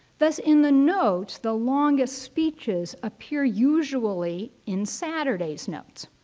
thus in the notes, the longest speeches appear usually in saturday's notes.